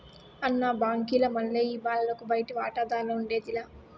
అన్న, బాంకీల మల్లె ఈ బాలలకు బయటి వాటాదార్లఉండేది లా